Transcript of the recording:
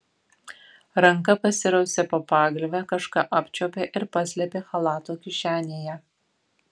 ranka pasirausė po pagalve kažką apčiuopė ir paslėpė chalato kišenėje